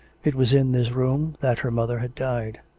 it was in this room that her mother had died.